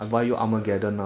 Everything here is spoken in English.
yes ah